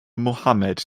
muhammad